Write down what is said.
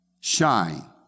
shine